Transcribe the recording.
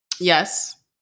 Yes